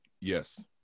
Yes